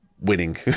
Winning